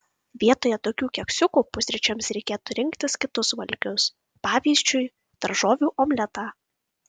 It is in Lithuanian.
vietoje tokių keksiukų pusryčiams reikėtų rinktis kitus valgius pavyzdžiui daržovių omletą